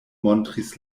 montris